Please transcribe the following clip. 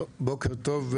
בוקר טוב,